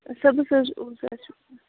صُبحَس حظ اوس اَسہِ یُن